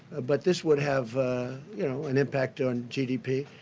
but this would have you know an impact on gdp.